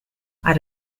out